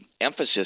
emphasis